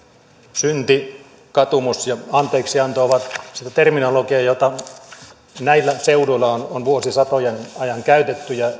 synti katumus ja anteeksianto ovat sitä terminologiaa jota näillä seuduilla on on vuosisatojen ajan käytetty ja